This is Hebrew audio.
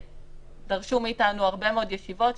שדרשו מאיתנו הרבה מאוד ישיבות,